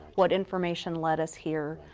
what information led us here,